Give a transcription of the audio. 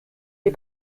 les